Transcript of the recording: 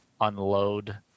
unload